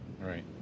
right